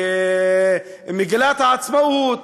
במגילת העצמאות.